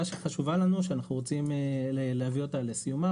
שחשובה לנו, שאנחנו רוצים להביא אותה לסיומה.